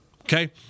Okay